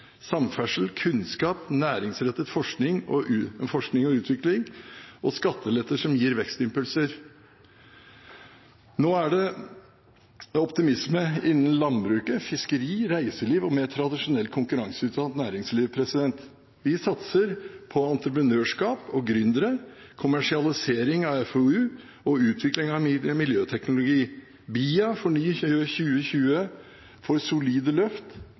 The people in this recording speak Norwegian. samferdsel, kunnskap, næringsrettet forskning og utvikling og skatteletter som gir vekstimpulser. Nå er det optimisme innen landbruket, fiskeri, reiseliv og mer tradisjonelt, konkurranseutsatt næringsliv. Vi satser på entreprenørskap og gründere, kommersialisering av FoU og utvikling av miljøteknologi. BIA og FORNY2020 får solide løft,